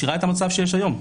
משאירה את המצב שיש היום,